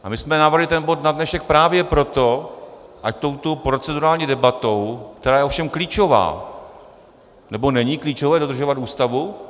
A my jsme navrhli ten bod na dnešek právě proto, ať touto procedurální debatou, která je ovšem klíčová nebo není klíčové dodržovat Ústavu?